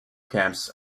camps